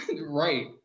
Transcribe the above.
Right